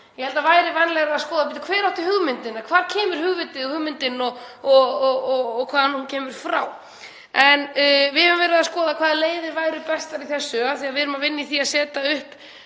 Ég held að það væri vænlegra að skoða hver átti hugmyndina, hvaðan kemur hugvitið og hvaðan kemur hugmyndin frá. Við höfum verið að skoða hvaða leiðir væru bestar í þessu af því að við erum að vinna í því að setja upp